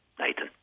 Nathan